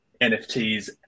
nfts